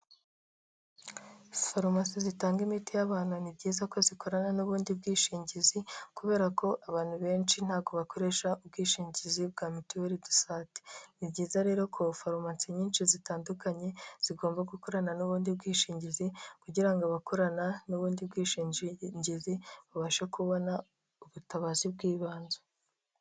Farumasi zitanga imiti y'abantu, ni byiza ko zikorana n'ubundi bwishingizi kubera ko abantu benshi ntago bakoresha ubwishingizi bwa mituelle desante, ni byiza rero ko farumasi nyinshi zitandukanye zigomba gukorana n'ubundi bwishingizi kugira ngo abakorana n'ubundi bwishingizi i babashe kubona ubutabazi bw'ibanze.